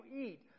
eat